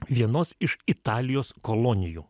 vienos iš italijos kolonijų